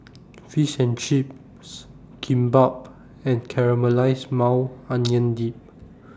Fish and Chips Kimbap and Caramelized Maui Onion Dip